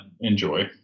enjoy